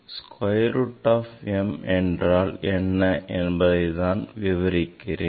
square root of m என்றால் என்ன என்பதை நான் விவரிக்கிறேன்